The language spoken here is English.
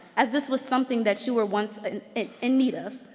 as this was something that you were once in need of.